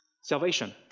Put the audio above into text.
salvation